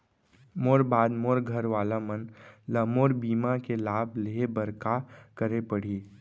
मोर बाद मोर घर वाला मन ला मोर बीमा के लाभ लेहे बर का करे पड़ही?